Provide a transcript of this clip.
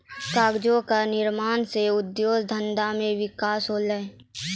कागजो क निर्माण सँ उद्योग धंधा के विकास होलय